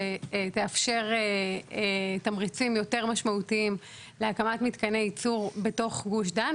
שתאפשר תמריצים יותר משמעותיים להקמת מתקני ייצור בתוך גוש דן.